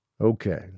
Okay